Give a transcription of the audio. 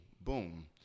Boom